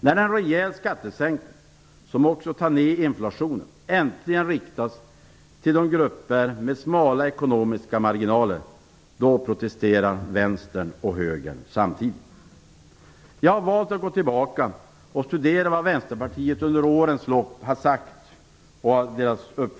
När en rejäl skattesänkning, som också tar ner inflationen, äntligen riktas till grupper med smala ekonomiska marginaler protesterar Vänstern och Jag har valt att gå tillbaka och studera Vänsterpartiets uppfattning i momsfrågan under årens lopp.